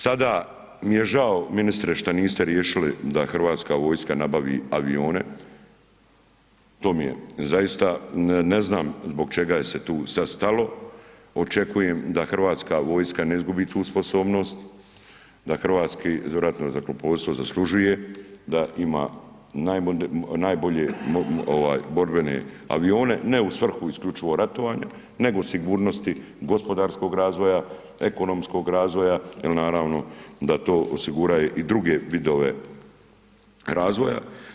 Sada mi je žao ministre šta niste riješili da hrvatska vojska nabavi avione, to mi je zaista, ne znam, zbog čega se tu sad stalo, očekujem da hrvatska vojska ne izgubi tu sposobnost, da Hrvatsko ratno zrakoplovstvo zaslužuje da ima najbolje borbene avione ne u svrhu isključivo ratovanja nego sigurnosti gospodarskog razvoja, ekonomskog razvoja jer naravno da to osigurava i druge vidove razvoja.